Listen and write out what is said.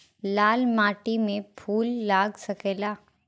लाल माटी में फूल लाग सकेला?